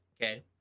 okay